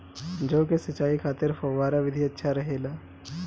जौ के सिंचाई खातिर फव्वारा विधि अच्छा रहेला?